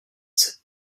the